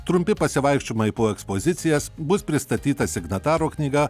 trumpi pasivaikščiojimai po ekspozicijas bus pristatyta signataro knyga